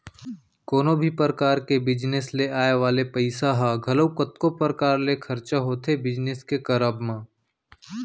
कोनो भी परकार के बिजनेस ले आय वाले पइसा ह घलौ कतको परकार ले खरचा होथे बिजनेस के करब म